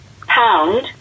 pound